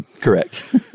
correct